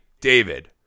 David